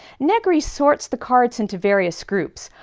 negri sorts the cards into various groups.